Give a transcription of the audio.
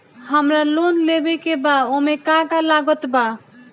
हमरा लोन लेवे के बा ओमे का का लागत बा?